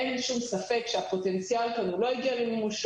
אין לי שום ספק שהפוטנציאל כאן לא הגיע למימושו,